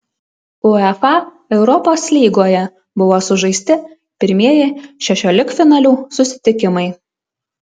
uefa europos lygoje buvo sužaisti pirmieji šešioliktfinalių susitikimai